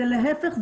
להיפך,